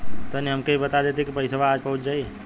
तनि हमके इ बता देती की पइसवा आज पहुँच जाई?